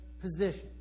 positions